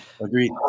Agreed